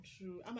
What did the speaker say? True